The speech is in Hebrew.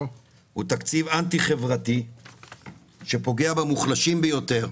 הוא תקציב אנטי-חברתי שפוגע במוחלשים ביותר.